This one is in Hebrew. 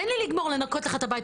תן לי לגמור לנקות לך את הבית,